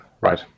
right